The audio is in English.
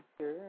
Sure